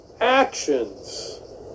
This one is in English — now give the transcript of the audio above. actions